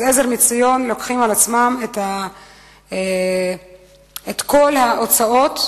"עזר מציון" לוקחים על עצמם את כל ההוצאות,